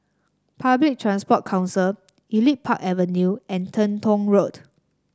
Public Transport Council Elite Park Avenue and Teng Tong Road